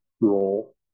role